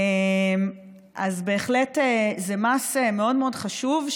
זה בהחלט מס מאוד מאוד חשוב,